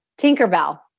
Tinkerbell